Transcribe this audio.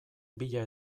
bila